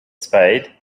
spade